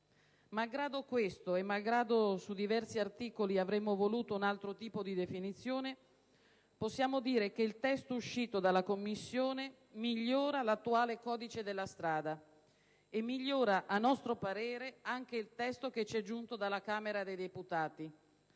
Malgrado questo e malgrado il fatto che su diversi articoli avremmo voluto un altro tipo di definizione, possiamo dire che il testo uscito dalla Commissione migliora l'attuale codice della strada e migliora, a nostro parere, anche il testo che ci è giunto dalla Camera dei deputati,